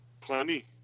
plenty